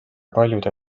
paljude